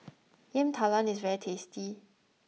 yam talam is very tasty